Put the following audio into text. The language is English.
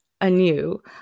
anew